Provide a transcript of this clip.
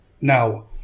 now